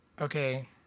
Okay